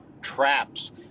Traps